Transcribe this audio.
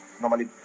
normally